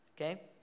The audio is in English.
okay